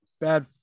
bad